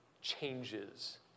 changes